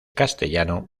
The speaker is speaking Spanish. castellano